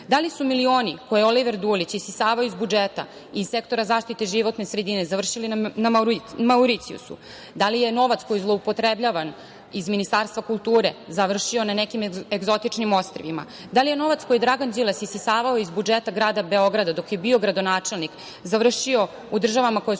li su milioni koje je Oliver Dulić isisavao iz budžeta, iz Sektora zaštite životne sredine, završili na Mauricijusu? Da li je novac koji je zloupotrebljavan iz Ministarstva kulture završio na nekim egzotičnim ostrvima? Da li je novac koji je Dragan Đilas isisavao iz budžeta grada Beograda dok je bio gradonačelnik završio u državama koje su